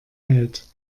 hält